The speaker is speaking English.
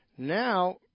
Now